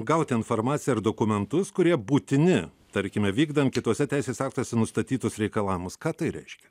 gauti informaciją ir dokumentus kurie būtini tarkime vykdant kituose teisės aktuose nustatytus reikalavimus ką tai reiškia